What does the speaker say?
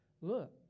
Look